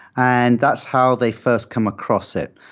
and that's how they first come across it.